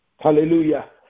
Hallelujah